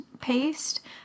paste